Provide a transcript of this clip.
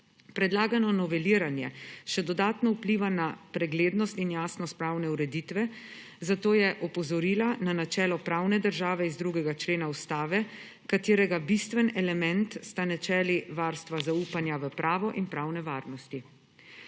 Predlagano noveliranje še dodatno vpliva na preglednost in jasnost pravne ureditve, zato je opozorila na načelo pravne države iz 2. člena Ustave, katerega bistven element sta načeli varstva zaupanja v pravo in pravne varnosti.